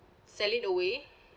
sell it away